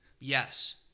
Yes